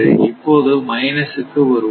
இப்போது மைனஸ் கு வருவோம்